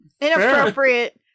Inappropriate